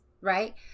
Right